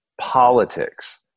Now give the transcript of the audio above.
politics